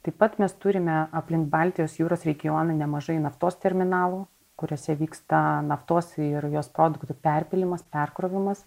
taip pat mes turime aplink baltijos jūros regioną nemažai naftos terminalų kuriuose vyksta naftos ir jos produktų perpylimas perkrovimas